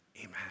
amen